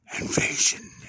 Invasion